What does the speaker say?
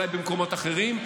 אולי במקומות אחרים,